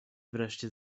wreszcie